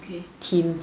okay